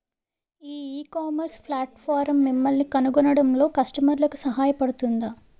ఈ ecommerce platform మిమ్మల్ని కనుగొనడంలో కస్టమర్లకు సహాయపడుతుందా?